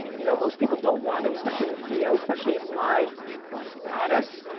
you know most people don't want to, especially the ceos, especially in my status,